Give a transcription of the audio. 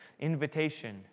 Invitation